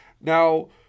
Now